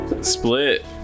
Split